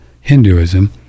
Hinduism